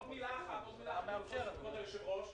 עוד מילה אחת, אדוני היושב-ראש,